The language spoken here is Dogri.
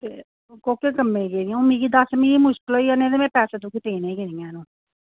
ते ओह् कोह्के कम्मै ई गेदी हून मिगी दस्स मी मुश्कल होई गेआ निं ते में पैसे में तुगी देने गै निं हैन हून